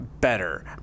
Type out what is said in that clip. better